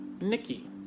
Nikki